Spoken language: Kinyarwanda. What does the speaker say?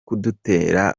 kudutera